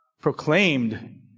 proclaimed